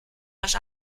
das